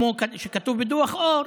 כמו שכתוב בדוח אור.